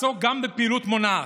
לעסוק גם בפעילות מונעת,